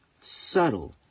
subtle